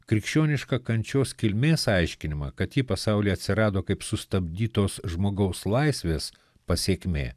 krikščionišką kančios kilmės aiškinimą kad ji pasauly atsirado kaip sustabdytos žmogaus laisvės pasekmė